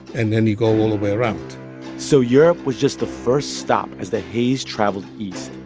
and then you go all the way around so europe was just the first stop as the haze traveled east.